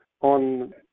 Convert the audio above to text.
on